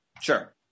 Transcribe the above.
Sure